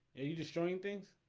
destroying things